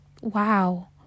wow